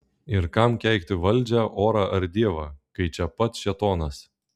ir kam keikti valdžią orą ar dievą kai čia pat šėtonas